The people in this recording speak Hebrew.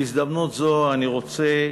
בהזדמנות זו אני רוצה,